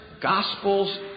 gospels